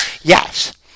Yes